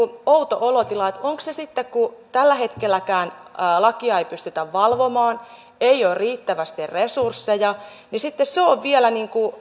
outo olotila että onko se sitten kun tälläkään hetkellä lakia ei pystytä valvomaan ei ole riittävästi resursseja vielä